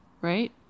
right